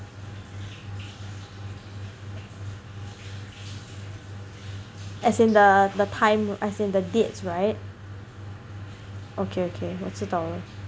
as in the the time as in the dates right okay okay 我知道了